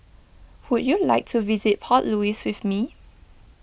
would you like to visit Port Louis with me